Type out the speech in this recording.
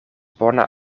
bona